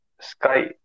Sky